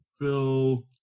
Phil